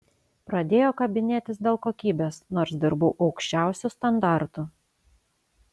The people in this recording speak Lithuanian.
pradėjo kabinėtis dėl kokybės nors dirbau aukščiausiu standartu